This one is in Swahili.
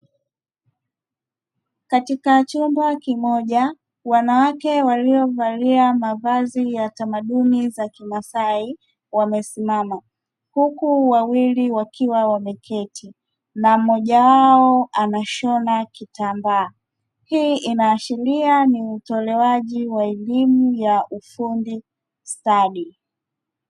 Katika chumba kimoja, wanawake waliovalia mavazi ya tamaduni za kimaasai wamesimama. Huku wawili wakiwa wameketi, na mmoja wao anashona kitambaa. Hii inaashiria ni utolewaji wa elimu ya ufundi stadi.